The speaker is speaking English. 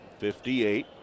58